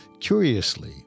Curiously